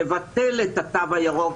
לבטל את התו הירוק,